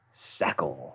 Sackle